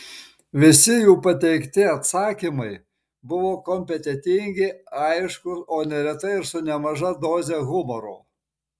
visi jų pateikti atsakymai buvo kompetentingi aiškūs o neretai ir su nemaža doze humoro